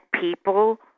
people